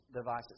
devices